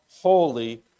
holy